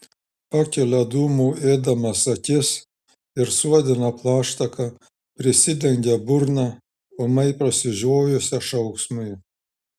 pakelia dūmų ėdamas akis ir suodina plaštaka prisidengia burną ūmai prasižiojusią šauksmui